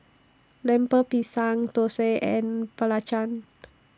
Lemper Pisang Thosai and Belacan